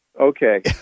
okay